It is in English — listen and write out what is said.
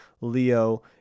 Leo